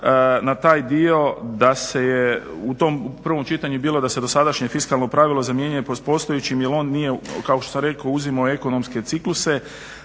na taj dio da se je, u tom prvom čitanju je bilo da se dosadašnje fiskalno pravilo zamjenjuje postojećim jer on nije, kao što sam rekao uzimao ekonomske cikluse